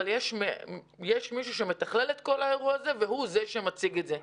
אבל יש מישהו שמתכלל את כל האירוע הזה והוא זה שמציג את זה.